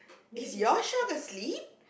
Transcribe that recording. is your shark asleep